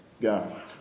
God